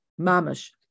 Mamish